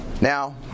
now